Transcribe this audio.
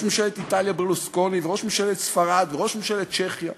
ממשלת איטליה ברלוסקוני וראש ממשלת ספרד וראש ממשלת צ'כיה.